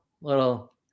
Little